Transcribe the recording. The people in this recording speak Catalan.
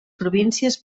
províncies